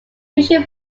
usual